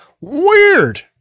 weird